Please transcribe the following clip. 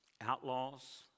outlaws